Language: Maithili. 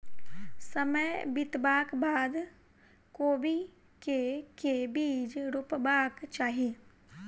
समय बितबाक बाद कोबी केँ के बीज रोपबाक चाहि?